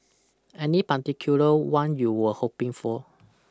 any particular one you were hoping for